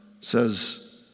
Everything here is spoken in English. says